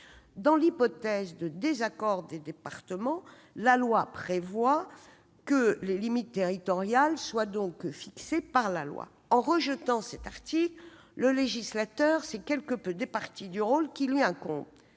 Dans l'hypothèse d'un désaccord des départements, le texte prévoit que les limites territoriales soient fixées par la loi. En rejetant cet article, le législateur s'est départi du rôle qui lui incombe,